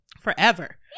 forever